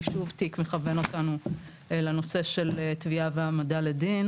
כי תיק מכוון אותנו לנושא של תביעה והעמדה לדין